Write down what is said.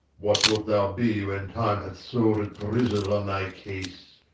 what wilt thou be when time hath sow'd a grizzle on thy case?